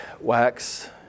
wax